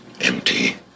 Empty